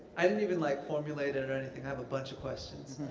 i didn't even like formulate it or anything, i have a bunch of questions.